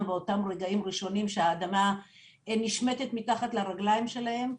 באותם רגעים ראשונים שהאדמה נשמטת מתחת לרגליים שלהם.